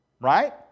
right